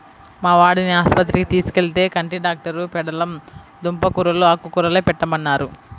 మా వాడిని ఆస్పత్రికి తీసుకెళ్తే, కంటి డాక్టరు పెండలం దుంప కూరలూ, ఆకుకూరలే పెట్టమన్నారు